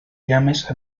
llames